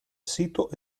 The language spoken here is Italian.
sito